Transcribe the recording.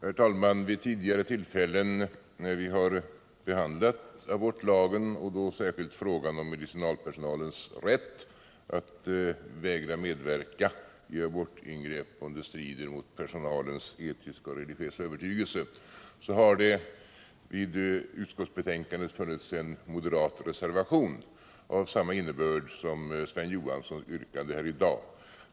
Herr talman! Vid tidigare tillfällen när vi har behandlat abortlagen och då särskilt frågan om medicinalpersonalens rätt att vägra medverka vid abortingrepp, om det strider mot vederbörandes etiska och religiösa övertygelse, har det vid utskottsbetänkandet funnits en moderat reservation av samma innebörd som Sven Johanssons yrkande här i dag.